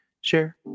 Share